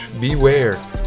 Beware